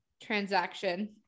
transaction